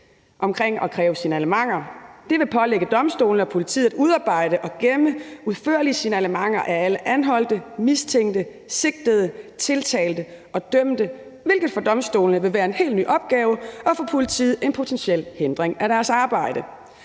om at kræve signalementer, vil pålægge domstolene og politiet at udarbejde og gemme udførlige signalementer af alle anholdte, mistænkte, sigtede, tiltalte og dømte, hvilket for domstolene vil være en helt ny opgave og for politiet en potentiel hindring af deres arbejde.